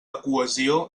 cohesió